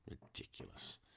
Ridiculous